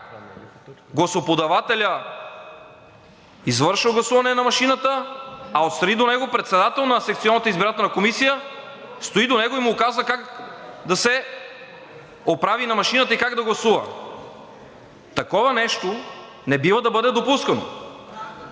гласоподавателят извършва гласуване на машината, а отстрани до него председател на секционната избирателна комисия стои до него и му казва как да се оправи на машината и как да гласува. Такова нещо не бива да бъде допускано.